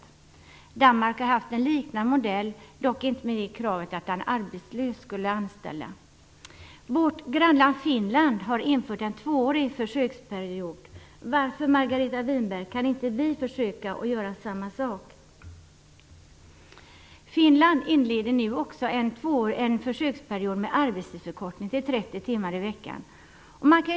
I Danmark har man haft en liknande modell, dock inte med kravet att en arbetslös skall anställas. I vårt grannland Finland har man infört en tvåårig försöksperiod. Margareta Winberg! Varför kan inte vi försöka göra samma sak? I Finland inleder man nu också en försöksperiod med en arbetstidsförkortning till 30 timmar i veckan.